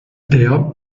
terme